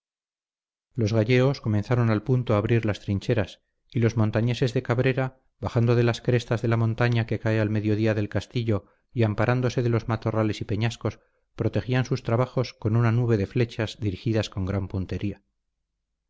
los gallegos comenzaron al punto a abrir las trincheras y los montañeses de cabrera bajando de las crestas de la montaña que cae al mediodía del castillo y amparándose de los matorrales y peñascos protegían sus trabajos con una nube de flechas dirigidas con gran puntería